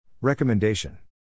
Recommendation